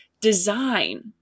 design